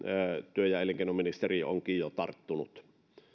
työ ja elinkeinoministeriö onkin jo tarttunut